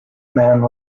man